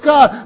God